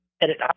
edit